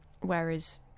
whereas